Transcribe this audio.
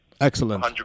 Excellent